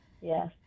Yes